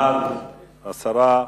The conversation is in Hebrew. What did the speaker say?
בעד, 10,